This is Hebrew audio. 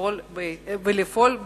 ולפעול בהתאם.